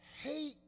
hate